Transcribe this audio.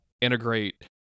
integrate